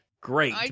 great